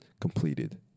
completed